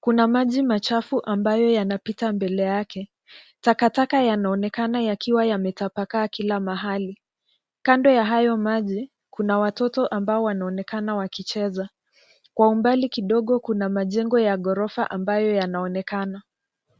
kuna maji machafu ambayo yanapita mbele yake. Takataka yanaonekana yakiwa yametapakaa kila mahali. Kando ya hayo maji, kuna watoto ambao wanaonekana wakicheza. Kwa umbali kidogo kuna majengo ya gorofa ambayo yanaonekana.